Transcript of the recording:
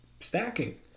stacking